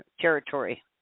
territory